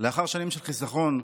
לאחר שנים של חיסכון,